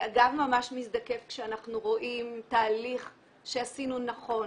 הגב ממש מזדקף כשאנחנו רואים תהליך שעשינו נכון,